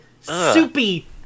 soupy